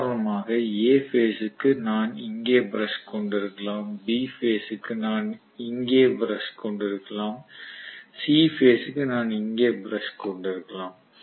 உதாரணமாக A base க்கு நான் இங்கே பிரஷ் கொண்டிருக்கலாம் B பேஸ் க்கு நான் இங்கே பிரஷ் கொண்டிருக்கலாம் C பேஸ் க்கு நான் இங்கே பிரஷ் கொண்டிருக்கலாம்